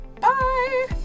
Bye